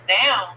now